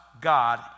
God